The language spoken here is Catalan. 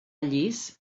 llis